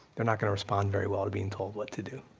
they're not gonna respond very well to being told what to do.